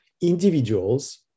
individuals